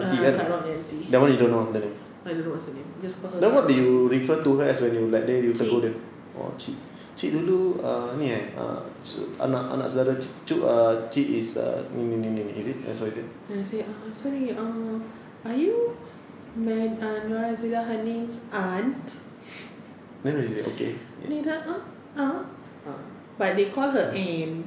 ah kak rod punya aunty I don't know what's the name just call her kak rod punya aunty cik then I say ah sorry ah are you ma~ uh norazila hanim's aunt ah ah ah but they call her ann